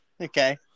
Okay